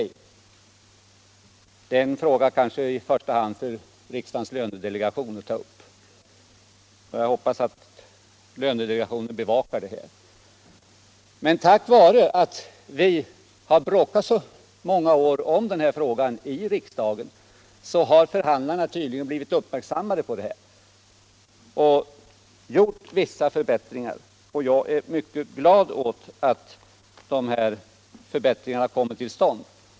Ja, okay, det är kanske i första hand en fråga som riksdagens lönedelegation skall ta upp, och jag hoppas att lönedelegationen bevakar den. Men tack vare att vi har bråkat så många år om den här frågan i riksdagen har förhandlarna tydligen blivit uppmärksammade på den och gjort vissa förbättringar. Jag är mycket glad åt att dessa förbättringar har kommit till stånd.